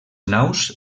naus